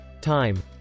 Time